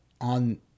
on